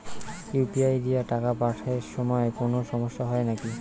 UPI দিয়া টাকা পাঠের সময় কোনো সমস্যা হয় নাকি?